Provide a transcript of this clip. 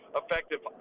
effective